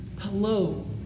Hello